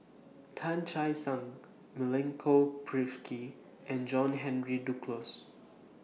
Tan Che Sang Milenko Prvacki and John Henry Duclos